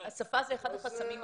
-- השפה זה אחד החסמים הגדולים ביותר.